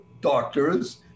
doctors